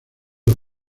los